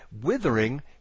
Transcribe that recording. Withering